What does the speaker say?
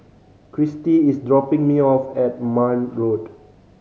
Cristy is dropping me off at Marne Road